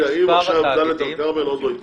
אם למשל דלית אל כרמל עוד לא התאגדה,